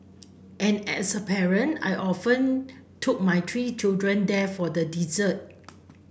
and as a parent I often took my three children there for the dessert